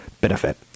benefit